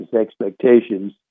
expectations